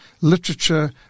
literature